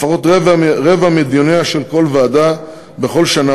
לפחות רבע מדיוניה של כל ועדה בכל שנה,